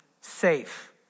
safe